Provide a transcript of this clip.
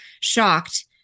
shocked